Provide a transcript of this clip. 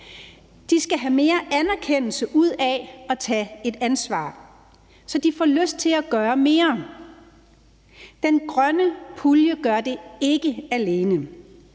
De skal have mere anerkendelse ud af at tage et ansvar, så de får lyst til at gøre mere. Den grønne pulje gør det ikke alene.